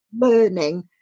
learning